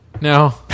no